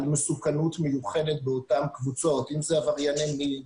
מסוכנות מיוחדת באותן קבוצות אם זה עברייני מין,